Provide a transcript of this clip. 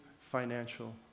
financial